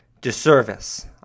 disservice